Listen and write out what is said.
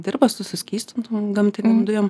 dirba su suskystintom gamtinėm dujom